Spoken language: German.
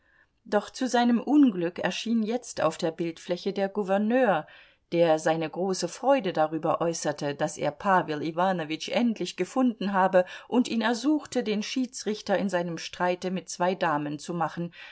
doch zu seinem unglück erschien jetzt auf der bildfläche der gouverneur der seine große freude darüber äußerte daß er pawel iwanowitsch endlich gefunden habe und ihn ersuchte den schiedsrichter in seinem streite mit zwei damen zu machen